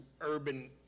urban